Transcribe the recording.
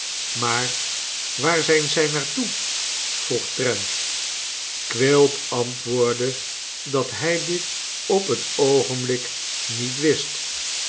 maar waar zijn zij naar toe vroeg trent quilp antwoordde dat hij dit op het oogenblik niet wist